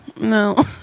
no